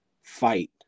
fight